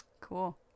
Cool